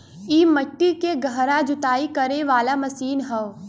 इ मट्टी के गहरा जुताई करे वाला मशीन हौ